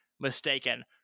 mistaken